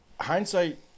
Hindsight